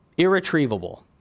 irretrievable